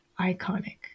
iconic